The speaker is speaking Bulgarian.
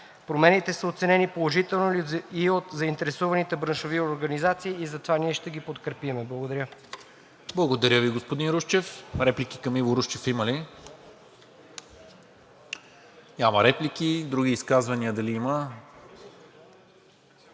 Промените са оценени положително и от заинтересованите браншови организации и затова ние ще ги подкрепим. Благодаря. ПРЕДСЕДАТЕЛ НИКОЛА МИНЧЕВ: Благодаря Ви, господин Русчев. Реплики към Иво Русчев има ли? Няма. Други изказвания дали има?